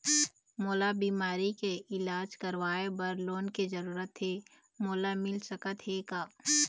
मोला बीमारी के इलाज करवाए बर लोन के जरूरत हे मोला मिल सकत हे का?